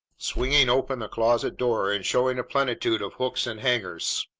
swinging open the closet door and showing a plenitude of hooks and hangers,